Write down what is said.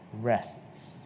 rests